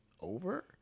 over